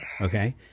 okay